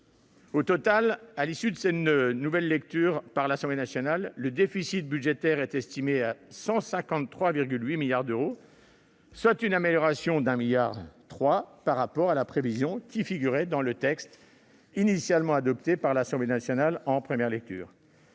Au total, à l'issue de cette nouvelle lecture par l'Assemblée nationale, le déficit budgétaire est estimé à 153,8 milliards d'euros, soit une amélioration de 1,3 milliard d'euros par rapport à la prévision qui figurait dans le texte adopté par l'Assemblée nationale en première lecture.